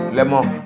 Lemon